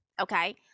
okay